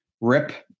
rip